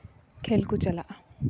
ᱠᱷᱮᱞ ᱠᱚ ᱪᱟᱞᱟᱜᱼᱟ